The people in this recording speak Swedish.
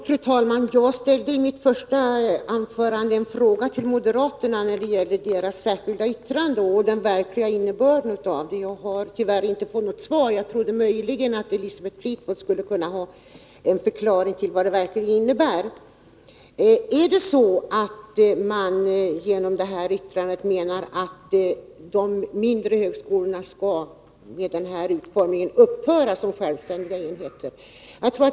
Fru talman! Jag ställde i mitt första anförande en fråga till moderaterna när det gällde deras särskilda yttrande och den verkliga innebörden av det. Jag har tyvärr inte fått något svar. Jag trodde möjligen att Elisabeth Fleetwood skulle kunna ha en förklaring till vad detta yttrande verkligen innebär. Menar man genom detta yttrande att de mindre högskolorna med denna utformning skall upphöra som självständiga enheter?